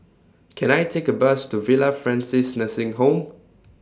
Can I Take A Bus to Villa Francis Nursing Home